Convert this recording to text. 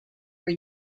were